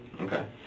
Okay